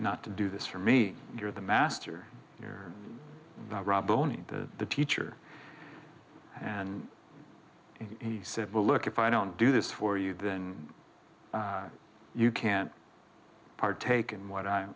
not to do this for me you're the master you're the raw bone and the teacher and he said well look if i don't do this for you then you can't partake in what